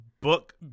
book